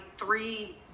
three